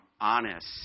honest